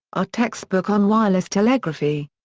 r. text book on wireless telegraphy.